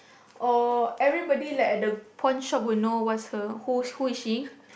or everybody like at the pawn shop will know what's her who who is she